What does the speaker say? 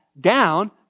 down